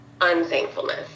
unthankfulness